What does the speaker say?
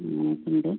നമുക്ക് ഇവിടെ